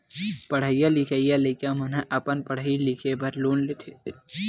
पड़हइया लिखइया लइका मन ह अपन पड़हे लिखे बर लोन लेथे